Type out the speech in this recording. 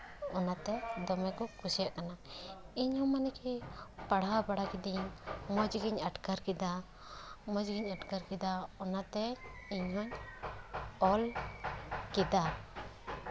ᱚᱱᱟᱛᱮ ᱫᱚᱢᱮ ᱠᱚ ᱠᱩᱥᱤᱭᱟᱜ ᱠᱟᱱᱟ ᱤᱧ ᱦᱚᱸ ᱢᱟᱱᱮᱜᱮ ᱯᱟᱲᱦᱟᱣ ᱵᱟᱲᱟ ᱠᱤᱫᱤᱧ ᱢᱚᱡᱽ ᱜᱮᱧ ᱟᱴᱠᱟᱨ ᱠᱮᱫᱟ ᱢᱚᱡᱽ ᱜᱮᱧ ᱟᱴᱠᱟᱨ ᱠᱮᱫᱟ ᱚᱱᱟᱛᱮ ᱤᱧ ᱦᱚᱸᱧ ᱚᱞ ᱠᱮᱫᱟ